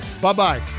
Bye-bye